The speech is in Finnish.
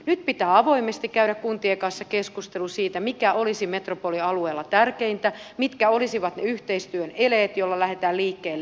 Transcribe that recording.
nyt pitää avoimesti käydä kuntien kanssa keskustelu siitä mikä olisi metropolialueella tärkeintä mitkä olisivat ne yhteistyön eleet joilla lähdetään liikkeelle